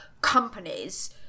companies